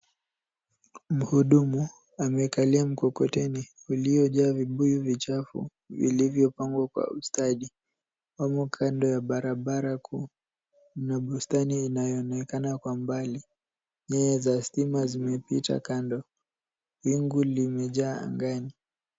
Mhudumu amekalia mkokoteni uliyojaa vibuyu vichafu vilivyopangwa kwa ustadi. Wamo kando ya barabara kuu. Kuna bustani inayoonekana kwa mbali. Nyaya za stima zimepita kando. Wingu limejaa angani.